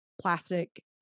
plastic